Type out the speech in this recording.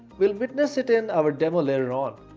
we'll witness it in our demo later on.